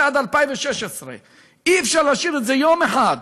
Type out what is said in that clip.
עד 2016. אי-אפשר להשאיר את זה יום אחד.